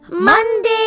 Monday